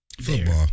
Football